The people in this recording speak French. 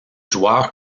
joueurs